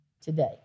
today